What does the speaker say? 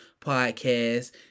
Podcast